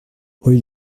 rue